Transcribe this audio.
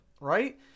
right